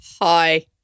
Hi